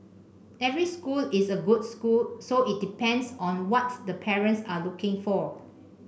every school is a good school so it depends on what the parents are looking for